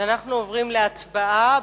אנחנו עוברים להצבעה.